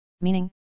meaning